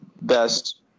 best